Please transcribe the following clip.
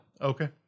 Okay